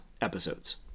episodes